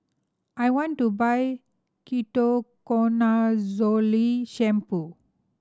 I want to buy Ketoconazole Shampoo